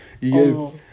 Yes